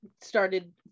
started